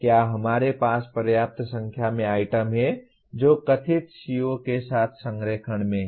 क्या हमारे पास पर्याप्त संख्या में आइटम हैं जो कथित CO के साथ संरेखण में हैं